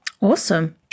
Awesome